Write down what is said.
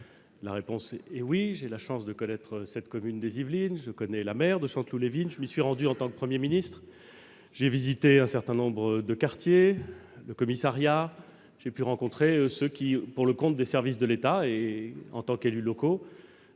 La réponse est oui : j'ai la chance de connaître cette commune des Yvelines, ainsi que sa maire. Je m'y suis rendu en tant que Premier ministre. J'ai visité un certain nombre de quartiers, ainsi que le commissariat. J'ai pu rencontrer ceux qui, pour le compte des services de l'État et en tant qu'élus locaux,